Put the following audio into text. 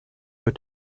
wird